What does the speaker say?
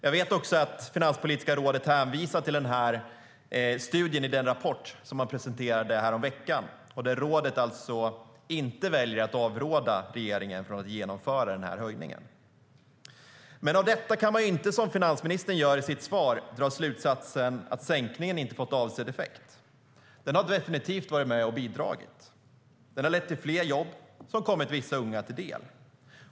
Jag vet också att Finanspolitiska rådet hänvisar till den studien i den rapport som de presenterade häromveckan, i vilken rådet alltså inte väljer att avråda regeringen från att genomföra höjningen. Av detta kan man dock inte, som finansministern gör i sitt svar, dra slutsatsen att sänkningen inte har fått avsedd effekt. Den har definitivt bidragit och lett till fler jobb, som har kommit vissa unga till del.